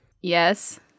Yes